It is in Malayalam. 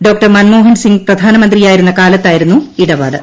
ഡോ മൻമോഹൻസിംഗ് പ്രധാനമന്ത്രിയായിരുന്ന കാലത്തായിരുന്നു ഇടപാട്